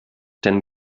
den